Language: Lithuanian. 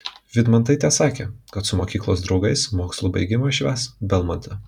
vydmantaitė sakė kad su mokyklos draugais mokslų baigimą švęs belmonte